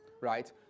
right